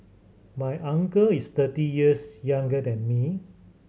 my uncle is thirty years younger than me